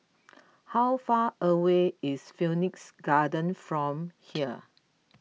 how far away is Phoenix Garden from here